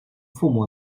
父母